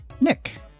nick